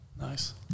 Nice